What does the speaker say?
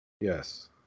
Yes